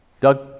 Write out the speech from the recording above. Doug